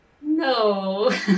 No